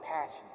passion